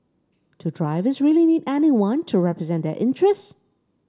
do drivers really need anyone to represent their interests